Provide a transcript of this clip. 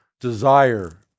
desire